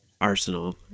Arsenal